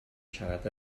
siarad